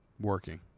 working